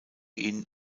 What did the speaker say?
ihn